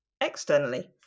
externally